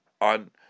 on